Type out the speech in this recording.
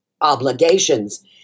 obligations